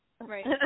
Right